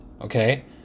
okay